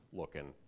looking